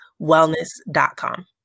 wellness.com